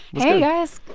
hey, guys.